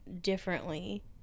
differently